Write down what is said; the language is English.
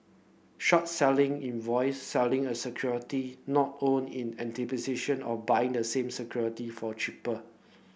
short selling invoice selling a security not owned in of buying the same security for cheaper